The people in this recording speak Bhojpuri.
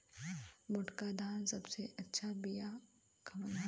मोटका धान के सबसे अच्छा बिया कवन बा?